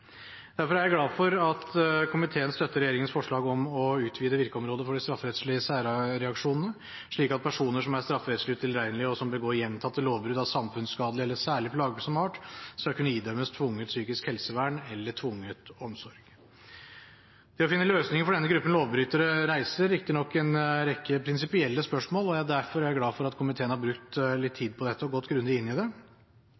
Derfor er jeg glad for at komiteen støtter regjeringens forslag om å utvide virkeområdet for de strafferettslige særreaksjonene, slik at personer som er strafferettslig utilregnelige, og som gjentakende begår lovbrudd av samfunnsskadelig eller særlig plagsom art, skal kunne idømmes tvungent psykisk helsevern eller tvungen omsorg. Det å finne løsninger for denne gruppen lovbrytere reiser riktignok en rekke prinsipielle spørsmål, og derfor er jeg glad for at komiteen har brukt litt